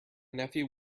nephew